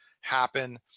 happen